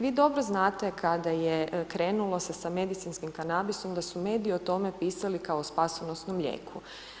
Vi dobro znate kada je krenulo se sa medicinskim kanabisom da su mediji o tome pisali kao o spasonosnom lijeku.